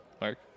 mark